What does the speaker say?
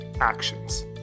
actions